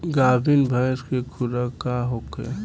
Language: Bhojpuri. गाभिन भैंस के खुराक का होखे?